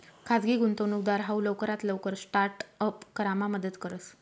खाजगी गुंतवणूकदार हाऊ लवकरात लवकर स्टार्ट अप करामा मदत करस